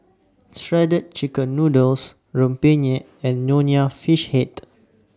Shredded Chicken Noodles Rempeyek and Nonya Fish Head